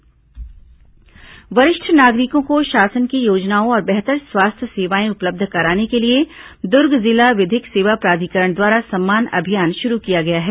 वरिष्ठ नागरिक सम्मान अभियान वरिष्ठ नागरिकों को शासन की योजनाओं और बेहतर स्वास्थ्य सेवाएं उपलब्ध कराने के लिए दुर्ग जिला विधिक सेवा प्राधिकरण द्वारा सम्मान अभियान शुरू किया गया है